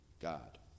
God